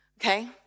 okay